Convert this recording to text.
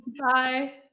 Bye